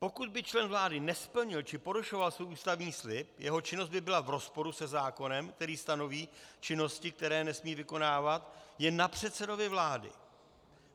Pokud by člen vlády nesplnil či porušoval svůj ústavní slib, jeho činnost by byla v rozporu se zákonem, který stanoví činnosti, které nesmí vykonávat, je na předsedovi vlády